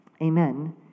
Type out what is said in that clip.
Amen